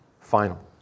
final